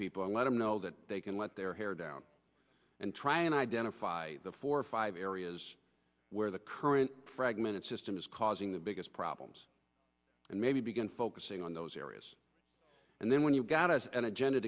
people and let them know that they can let their hair down and try and identify the four or five areas where the current fragmented system is causing the biggest problems and maybe begin focusing on those areas and then when you've got an agenda